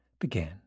began